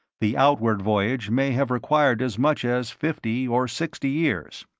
the outward voyage may have required as much as fifty or sixty years.